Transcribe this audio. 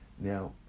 now